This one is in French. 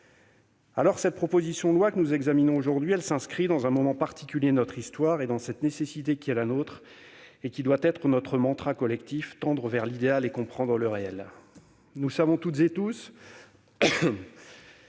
La proposition loi que nous examinons aujourd'hui s'inscrit dans un moment particulier de notre histoire. La nécessité qui est la nôtre, qui doit être notre mantra collectif, est « d'aller à l'idéal et de comprendre le réel ». Nous savons toutes et tous